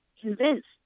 convinced